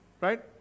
Right